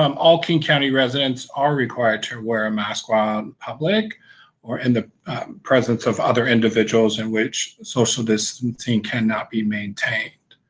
um all king county residents are required to wear a mask while um public or in the presence of other individuals in which social distancing cannot be maintained.